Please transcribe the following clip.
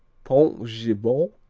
pontgibaud